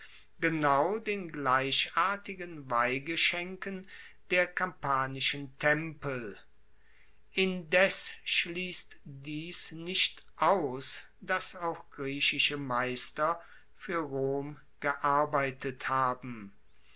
genau den gleichartigen weihgeschenken der kampanischen tempel indes schliesst dies nicht aus dass auch griechische meister fuer rom gearbeitet haben